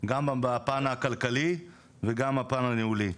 גם בפן הכלכלי וגם הפן הניהולי.